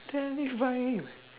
terrifying ah